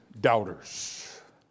doubters